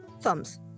Thumbs